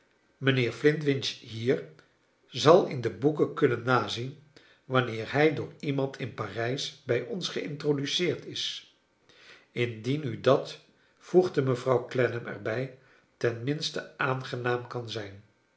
mijnheer flintwinch hier zal in de boeken kunnen nazien wanneer hij door iemand in parijs bij ons geintroduceerd is indien u dat voegde mevrouw clennam er bij ten minste aangenaam kan zijn